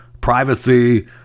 privacy